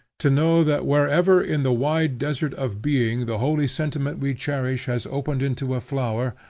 to know that wherever in the wide desert of being the holy sentiment we cherish has opened into a flower,